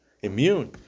immune